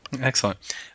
excellent